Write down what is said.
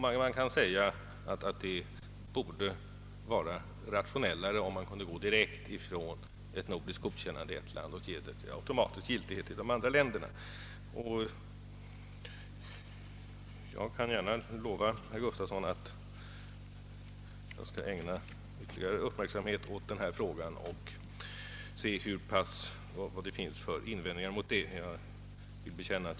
Man kan säga att det borde vara rationellare om godkännande i ett nordiskt land automatiskt blev giltigt i de andra länderna. Jag kan gärna lova herr Gustafsson att jag skall ägna ytterligare uppmärksamhet åt denna fråga och se vad det finns för invändningar mot en sådan ordning.